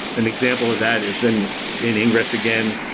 an example of that is in in ingress again.